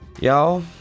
Y'all